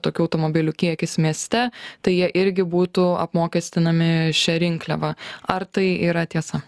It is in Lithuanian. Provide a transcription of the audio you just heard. tokių automobilių kiekis mieste tai jie irgi būtų apmokestinami šia rinkliava ar tai yra tiesa